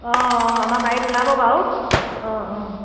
অঁ অঁ আমাৰ বাৰীত ওলাব বাৰু অঁ অঁ